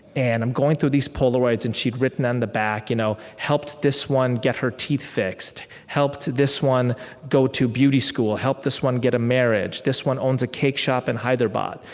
and i'm going through these polaroids, and she'd written on the back, you know helped this one get her teeth fixed. helped this one go to beauty school. helped this one get a marriage. this one owns a cake shop in hyderabad.